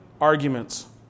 arguments